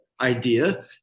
idea